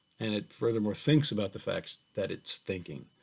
and it furthermore thinks about the facts that it's thinking.